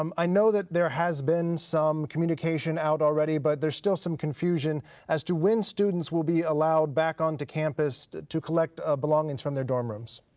um i know that there has been some communication out already, but there's still some confusion as to when students will be allowed back onto campus to collect ah belongings from their dorm rooms.